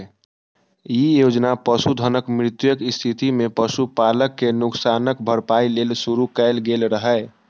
ई योजना पशुधनक मृत्युक स्थिति मे पशुपालक कें नुकसानक भरपाइ लेल शुरू कैल गेल रहै